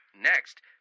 Next